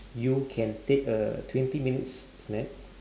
you can take a twenty minutes s~ sneak